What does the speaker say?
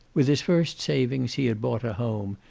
with his first savings he had bought a home,